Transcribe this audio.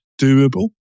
doable